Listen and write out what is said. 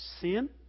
sin